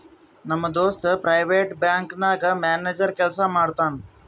ನಮ್ ದೋಸ್ತ private bank ನಾಗ್ ಮ್ಯಾನೇಜರ್ ಕೆಲ್ಸಾ ಮಾಡ್ತಾನ್